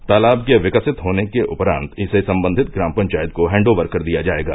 तालाब के विकसित होने के उपरान्त इसे संबंधित ग्राम पंचायत को हैंड्ओवर कर दिया जायेगा